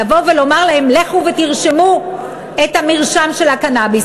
לבוא ולומר להם: לכו ותרשמו את המרשם של הקנאביס.